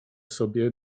sobie